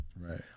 Right